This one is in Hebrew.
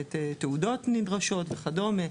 תעודות נדרשות וכדומה,